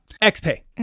X-Pay